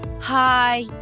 hi